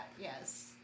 Yes